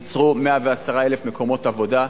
ייצרו 110,000 מקומות עבודה.